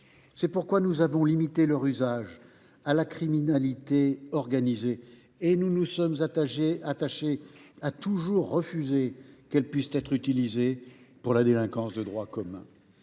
C’est pourquoi nous avons limité leur usage à la criminalité organisée et que nous nous sommes attachés à toujours refuser qu’elles puissent être utilisées pour la délinquance de droit commun.